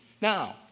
Now